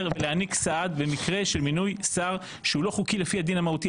ולהעניק סעד במקרה של מינוי שר שהוא לא חוקי לפי הדין המהותי.